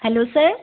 hello sir